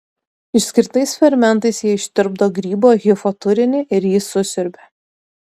išskirtais fermentais jie ištirpdo grybo hifo turinį ir jį susiurbia